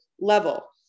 level